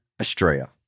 Australia